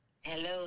Hello